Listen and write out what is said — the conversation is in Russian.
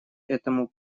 этому